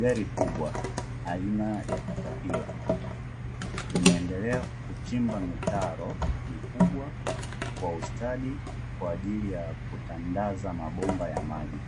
Gari kubwa aina ya katapila, linaendelea kuchimba mitaro mikubwa kwa ustadi kwa ajili ya kutandaza mabomba ya maji,